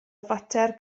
fater